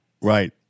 right